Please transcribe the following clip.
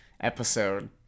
episode